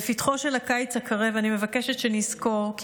בפתחו של הקיץ הקרב אני מבקשת שנזכור כי